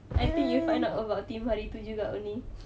I think you find out about tim hari itu juga only